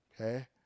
Okay